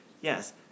Yes